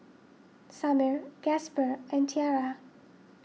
Samir Gasper and Tiara